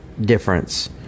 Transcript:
Difference